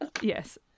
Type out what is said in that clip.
Yes